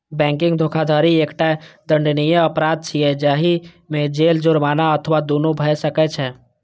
banking धोखाधड़ी एकटा दंडनीय अपराध छियै, जाहि मे जेल, जुर्माना अथवा दुनू भए सकै छै